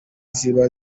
ziba